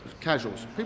Casuals